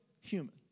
human